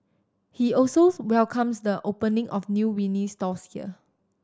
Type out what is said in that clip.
he also welcomes the opening of new vinyl stores here